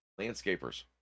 landscapers